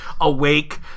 awake